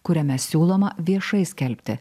kuriame siūloma viešai skelbti